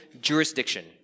jurisdiction